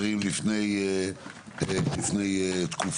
הבוחרים ומצד שני קבוצות מיעוט לא יישארו